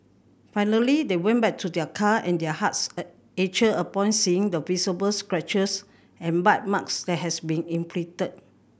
finally they went back to their car and their hearts ached upon seeing the visible scratches and bite marks that had been inflicted